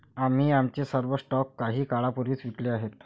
आम्ही आमचे सर्व स्टॉक काही काळापूर्वीच विकले आहेत